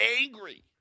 angry